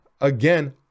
again